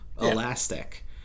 elastic